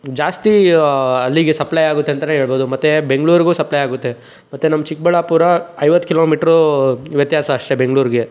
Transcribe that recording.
ಜಾಸ್ತಿ ಅಲ್ಲಿಗೆ ಸಪ್ಲೈ ಆಗುತ್ತೆ ಅಂತ ಹೇಳ್ಬೋದು ಮತ್ತು ಬೆಂಗ್ಳೂರಿಗು ಸಪ್ಲೈ ಆಗುತ್ತೆ ಮತ್ತು ನಮ್ಮ ಚಿಕ್ಕಬಳ್ಳಾಪುರ ಐವತ್ತು ಕಿಲೋಮೀಟ್ರು ವ್ಯತ್ಯಾಸ ಅಷ್ಟೆ ಬೆಂಗ್ಳೂರಿಗೆ